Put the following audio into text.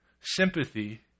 sympathy